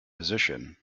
position